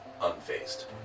unfazed